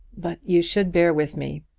but you should bear with me.